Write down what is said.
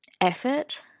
effort